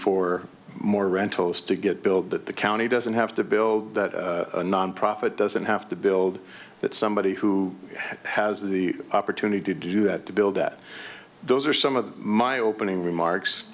for more rentals to get built that the county doesn't have to build that nonprofit doesn't have to build that somebody who has the opportunity to do that to build that those are some of my opening remarks